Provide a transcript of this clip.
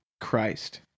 Christ